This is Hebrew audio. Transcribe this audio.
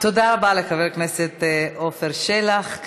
תודה רבה לחבר הכנסת עפר שלח.